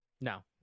No